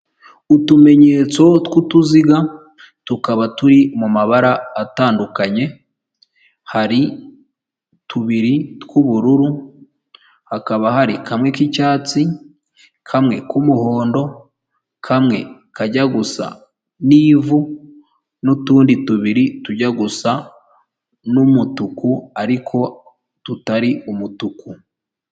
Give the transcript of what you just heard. Utumenyetso tw'utuziga tukaba turi mu mabara atandukanye, hari tubiri tw'ubururu, hakaba hari kamwe k'icyatsi, kamwe k'umuhondo, kamwe kajya gusa n'ivu n'utundi tubiri tujya gusa n'umutuku ariko tutari umutuku.